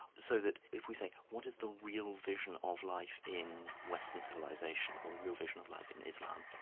so that if we say, what is the real vision of life in western civilization, or the real vision of life in islam?